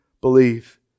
believe